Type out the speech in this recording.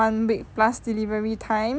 one week plus delivery time